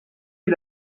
est